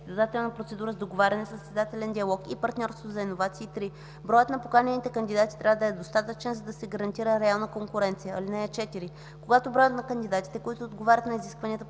състезателна процедура с договаряне, състезателен диалог и партньорство за иновации – три. Броят на поканените кандидати трябва да е достатъчен, за да се гарантира реална конкуренция. (4) Когато броят на кандидатите, които отговарят на изискванията,